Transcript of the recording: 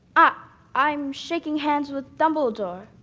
ah i'm shaking hands with dumbledore.